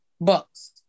bucks